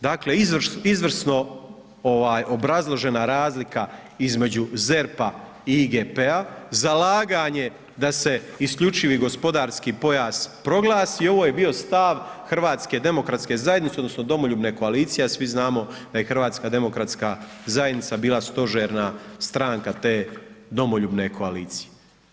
Dakle, izvrsno obrazložena razlika između ZERP-a i IGP-a, zalaganje da se isključivi gospodarski pojas proglasi, ovo je bio stav HDZ-a, odnosno Domoljubne koalicije, a svi znamo da je HDZ bila stožerna stranka te Domoljubne koalicije.